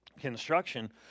construction